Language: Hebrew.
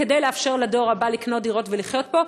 כדי לאפשר לדור הבא לקנות דירות ולחיות פה.